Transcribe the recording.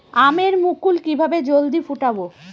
আমের মুকুল কিভাবে জলদি ফুটাব?